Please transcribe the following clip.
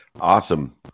Awesome